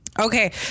Okay